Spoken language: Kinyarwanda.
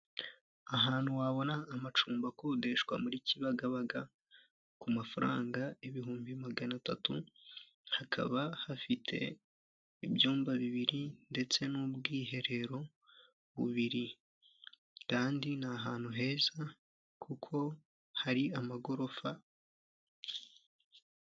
Ahantu wabona amacumbi akodeshwa muri Kibagabaga, ku mafaranga ibihumbi magana atatu, hakaba hafite ibyumba bibiri ndetse n'ubwiherero bubiri. Kandi ni ahantu heza, kuko hari amagorofa.